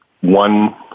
one